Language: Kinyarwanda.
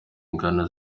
ingano